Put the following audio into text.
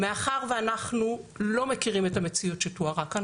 מאחר ואנחנו לא מכירים את המציאות שתוארה כאן,